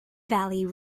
valley